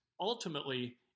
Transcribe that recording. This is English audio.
ultimately